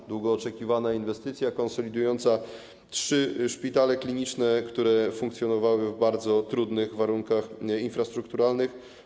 To długo oczekiwana inwestycja konsolidująca trzy szpitale kliniczne, które funkcjonowały w bardzo trudnych warunkach infrastrukturalnych.